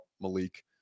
Malik